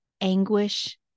anguish